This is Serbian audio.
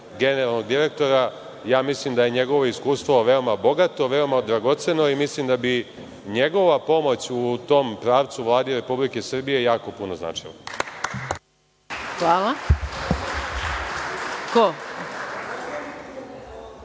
generalnog direktora. Mislim da je njegovo iskustvo veoma bogato, veoma dragoceno i mislim da bi njegova pomoć u tom pravcu Vladi Republike Srbije jako puno značila. **Maja